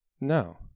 No